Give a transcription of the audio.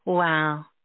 Wow